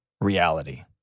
reality